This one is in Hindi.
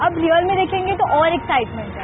अब रीयल में देखेंगे तो और एक्साइट हैं